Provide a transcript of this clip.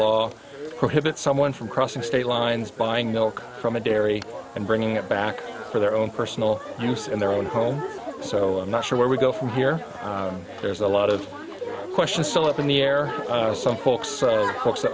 law prohibits someone from crossing state lines buying milk from a dairy and bringing it back for their own personal use in their own home so i'm not sure where we go from here there's a lot of questions still up in the air some folks folks